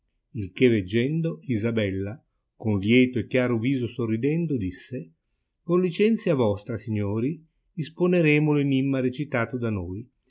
il che veggendo isabella con lieto e chiaro viso sorridendo disse con licenzia vostra signori isponeremo l enimma recitato da noi